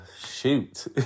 shoot